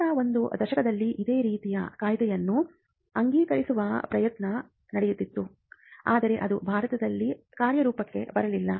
ಕಳೆದ ಒಂದು ದಶಕದಲ್ಲಿ ಇದೇ ರೀತಿಯ ಕಾಯ್ದೆಯನ್ನು ಅಂಗೀಕರಿಸುವ ಪ್ರಯತ್ನ ನಡೆದಿತ್ತು ಆದರೆ ಅದು ಭಾರತದಲ್ಲಿ ಕಾರ್ಯರೂಪಕ್ಕೆ ಬರಲಿಲ್ಲ